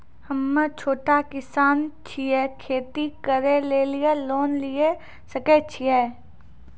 हम्मे छोटा किसान छियै, खेती करे लेली लोन लिये सकय छियै?